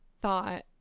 thought